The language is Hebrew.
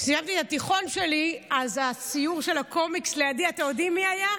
אז בציור של הקומיקס לידי, אתם יודעים מי היה?